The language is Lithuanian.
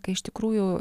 kai iš tikrųjų